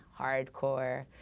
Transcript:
hardcore